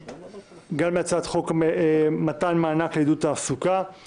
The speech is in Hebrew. גם להצעת חוק מתן מענק לעידוד תעסוקה,